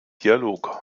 dialog